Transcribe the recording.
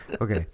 Okay